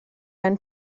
einen